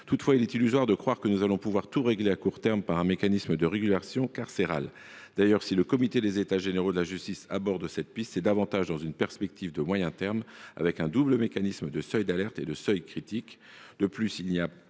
Toutefois, il est illusoire d’imaginer tout régler à court terme par un mécanisme de régulation carcérale. D’ailleurs, si le comité des États généraux de la justice aborde cette piste, c’est davantage dans une perspective de moyen terme, avec un double mécanisme de seuil d’alerte et de seuil critique. De plus, il n’y a pas